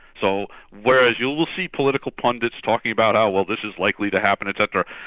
so whereas you will see political pundits talking about oh well, this is likely to happen etc.